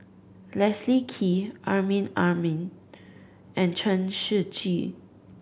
Leslie Kee Amrin Amin and Chen Shiji